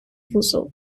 вузол